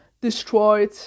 destroyed